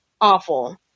awful